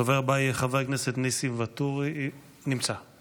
הדובר הבא יהיה חבר הכנסת ניסים ואטורי, להחליף?